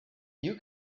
you